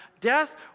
Death